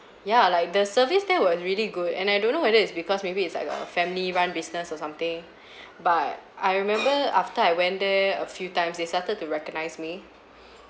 ya like the service there was really good and I don't know whether it's because maybe it's like a family run business or something but I remember after I went there a few times they started to recognize me